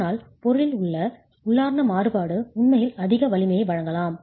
ஆனால் பொருளில் உள்ள உள்ளார்ந்த மாறுபாடு உண்மையில் அதிக வலிமையை வழங்கலாம்